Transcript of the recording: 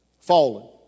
fallen